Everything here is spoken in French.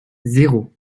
zéro